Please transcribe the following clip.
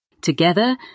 Together